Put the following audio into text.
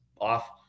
off